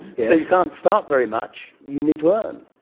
so you can't start very much, you need to earn.